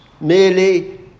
merely